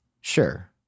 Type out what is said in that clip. Sure